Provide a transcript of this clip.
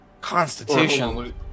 Constitution